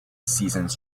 seasons